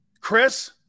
Chris